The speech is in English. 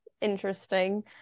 interesting